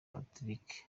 patrick